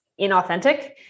inauthentic